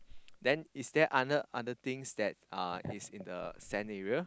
then is there other other things that uh is in the sand area